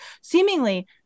seemingly